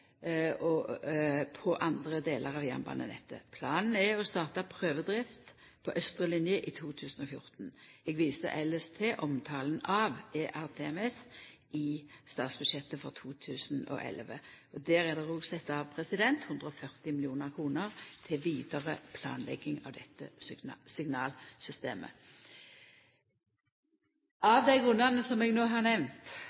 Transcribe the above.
utbygging på andre delar av jernbanenettet. Planen er å starta prøvedrifta på austre linje i 2014. Eg viser elles til omtalen av ERTMS i statsbudsjettet for 2011. Der er det òg sett av 140 mill. kr til vidare planlegging av dette signalsystemet.